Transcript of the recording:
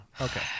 okay